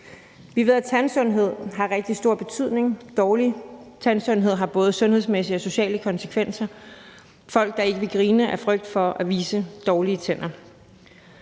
Vi ved, at tandsundheden har rigtig stor betydning. En dårlig tandsundhed har både sundhedsmæssige og sociale konsekvenser, f.eks. at folk ikke vil grine af frygt for at vise dårlige tænder.